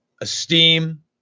esteem